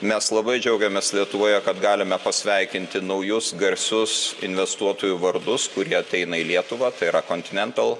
mes labai džiaugiamės lietuvoje kad galime pasveikinti naujus garsius investuotojų vardus kurie ateina į lietuvą tai yra continental